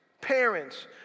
Parents